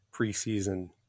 preseason